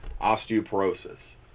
osteoporosis